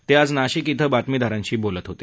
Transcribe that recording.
ते आज नाशिक इथं बातमीदारांशी बोलत होते